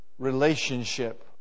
Relationship